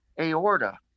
aorta